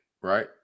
right